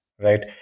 Right